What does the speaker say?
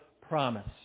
promise